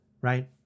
right